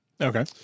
Okay